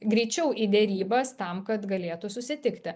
greičiau į derybas tam kad galėtų susitikti